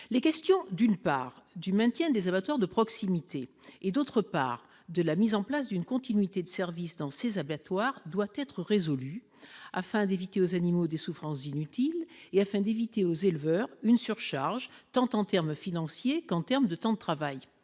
Les questions, d'une part, du maintien des abattoirs de proximité et, d'autre part, de la mise en place d'une continuité de service dans ces abattoirs doivent être résolues afin d'éviter aux animaux des souffrances inutiles et pour éviter aux éleveurs une surcharge, tant en termes financiers qu'en termes de temps de travail.